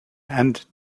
and